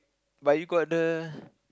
but you got the